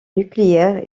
nucléaires